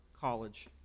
College